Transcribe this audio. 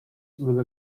will